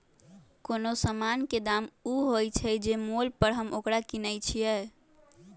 कोनो समान के दाम ऊ होइ छइ जे मोल पर हम ओकरा किनइ छियइ